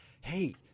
hey